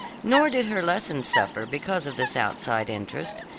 nor did her lessons suffer because of this outside interest.